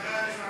בקוראן?